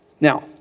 Now